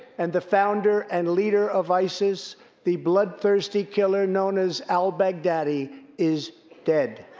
and the founder and leader of isis the bloodthirsty killer known as al-baghdadi is dead.